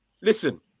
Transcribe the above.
Listen